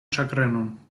ĉagrenon